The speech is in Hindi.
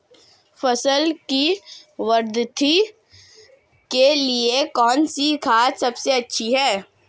फसल की वृद्धि के लिए कौनसी खाद सबसे अच्छी है?